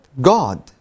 God